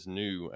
new